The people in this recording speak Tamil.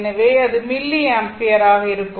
எனவே அது மில்லி ஆம்பியர் ஆக இருக்கும்